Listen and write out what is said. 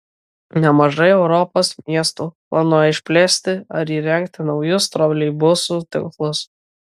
nemažai europos miestų planuoja išplėsti ar įrengti naujus troleibusų tinklus